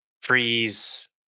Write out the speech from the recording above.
freeze